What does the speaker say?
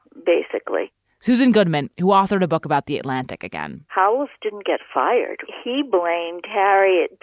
basically susan goodman, who authored a book about the atlantic again, house didn't get fired he blamed harriet,